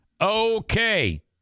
Okay